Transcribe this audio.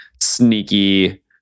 sneaky